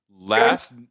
Last